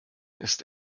ist